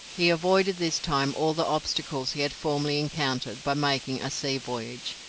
he avoided this time all the obstacles he had formerly encountered by making a sea voyage,